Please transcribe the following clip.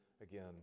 again